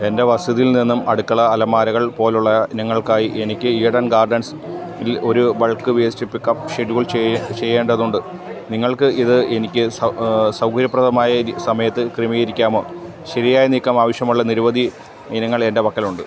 എൻ്റെ വസതിയിൽ നിന്നും അടുക്കള അലമാരകൾ പോലെയുള്ള ഇനങ്ങൾക്കായി എനിക്ക് ഈഡൻ ഗാർഡൻസിൽ ഒരു ബൾക്ക് വേസ്റ്റ് പിക്കപ്പ് ഷെഡ്യൂൾ ചെയ്യേ ചെയ്യേണ്ടതുണ്ട് നിങ്ങൾക്ക് ഇത് എനിക്ക് സൗകര്യപ്രദമായൊരു സമയത്ത് ക്രമീകരിക്കാമോ ശരിയായ നീക്കം ആവശ്യമുള്ള നിരവധി ഇനങ്ങൾ എൻ്റെ പക്കലുണ്ട്